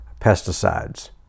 pesticides